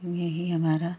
यही हमारा